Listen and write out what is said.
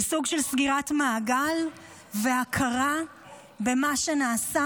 זה סוג של סגירת מעגל והכרה במה שנעשה